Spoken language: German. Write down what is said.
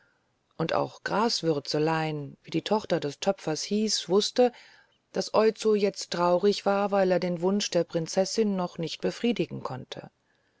und auch graswürzelein wie die tochter des töpfers hieß wußte daß oizo jetzt traurig war weil er den wunsch der prinzessin noch nicht befriedigen konnte